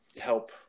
help